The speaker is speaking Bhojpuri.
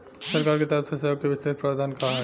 सरकार के तरफ से सहयोग के विशेष प्रावधान का हई?